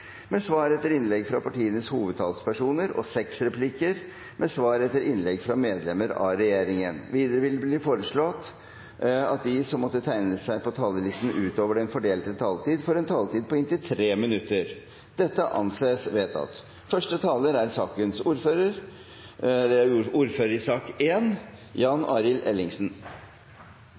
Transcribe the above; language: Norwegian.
med svar etter innlegg fra partienes hovedtalspersoner og seks replikker med svar etter innlegg fra medlemmer av regjeringen innenfor den fordelte taletid. Videre vil presidenten foreslå at de som måtte tegne seg på talerlisten utover den fordelte taletid, får en taletid på inntil 3 minutter. – Det anses vedtatt.